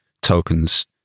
tokens